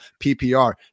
PPR